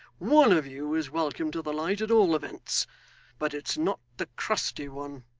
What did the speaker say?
one of you is welcome to the light at all events but it's not the crusty one